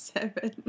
Seven